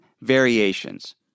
variations